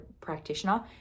practitioner